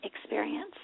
experience